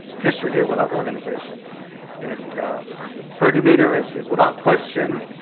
history here with our organization and her demeanor is is without question